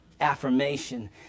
affirmation